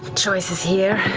choices here.